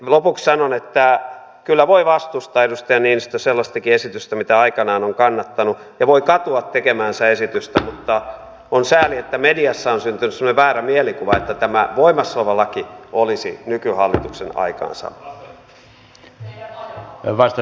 lopuksi sanon että kyllä voi vastustaa edustaja niinistö sellaistakin esitystä mitä aikanaan on kannattanut ja voi katua tekemäänsä esitystä mutta on sääli että mediassa on syntynyt semmoinen väärä mielikuva että tämä voimassa oleva laki olisi nykyhallituksen aikaansaama